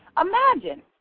imagine